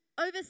Over